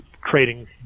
creating